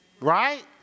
Right